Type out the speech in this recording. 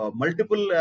multiple